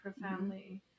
profoundly